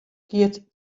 giet